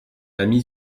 amie